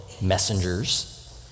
messengers